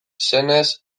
senez